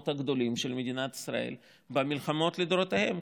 הגדולים של מדינת ישראל במלחמות לדורותיהן,